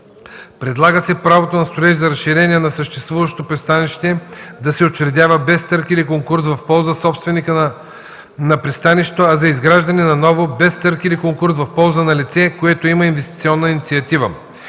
Предлага се право на строеж за разширение на съществуващо пристанище да се учредява без търг или конкурс в полза собственика на пристанището, а за изграждане на ново – без търг или конкурс в полза на лице, което има инвестиционна инициатива.